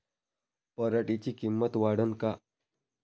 पराटीची किंमत वाढन का?